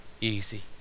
easy